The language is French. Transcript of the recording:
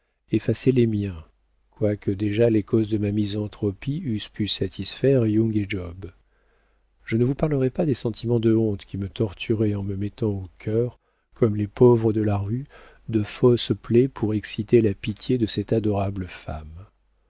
effaçaient les miens quoique déjà les causes de ma misanthropie eussent pu satisfaire young et job je ne vous parlerai pas des sentiments de honte qui me torturaient en me mettant au cœur comme les pauvres de la rue de fausses plaies pour exciter la pitié de cette adorable femme